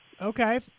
Okay